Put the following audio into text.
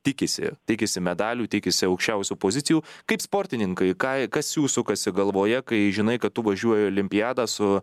tikisi tikisi medalių tikisi aukščiausių pozicijų kaip sportininkai ką kas jų sukasi galvoje kai žinai kad tu važiuoji į olimpiadą su